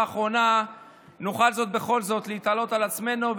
האחרונה נוכל בכל זאת להתעלות על עצמנו,